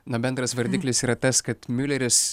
na bendras vardiklis yra tas kad miuleris